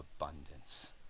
abundance